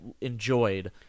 enjoyed